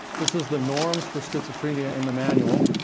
this is the norms for schizophrenia in the manual.